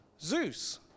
Zeus